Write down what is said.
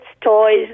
toys